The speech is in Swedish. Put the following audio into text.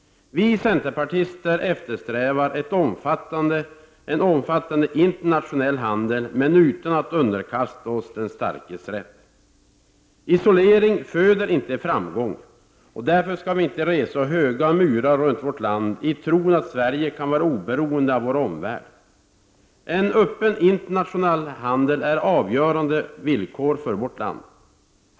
Vi centerpartister eftersträvar en omfattande internationell handel men utan att underkasta oss ”den starkes rätt”. Isolering föder inte framgång. Därför skall vi inte resa höga murar runt vårt land i tron att Sverige kan vara oberoende av vår omvärld. En öppen internationell handel är ett avgörande villkor för vårt land.